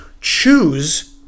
choose